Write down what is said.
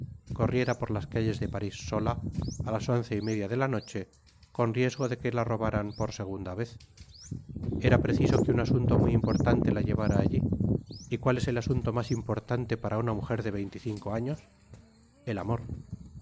corriera por las calles de paris sola á las once y media de la nochecon riesgo de que la robaran por segunda vez era preciso que un asunto muy importantela llevara allí y cuál es el asunto mas importante para una mujer de veinte y cinco años el amor